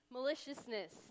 maliciousness